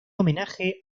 homenaje